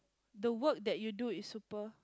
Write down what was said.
the work that you do is super